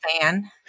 fan